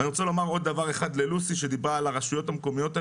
אני רוצה לומר עוד דבר ללוסי שדיברה על הרשויות המקומיות.